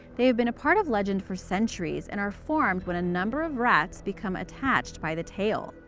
they have been a part of legend for centuries, and are formed when a number of rats become attached by the tail.